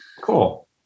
cool